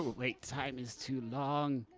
wait time is too long.